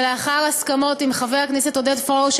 ולאחר הסכמות עם חבר הכנסת עודד פורר,